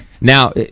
Now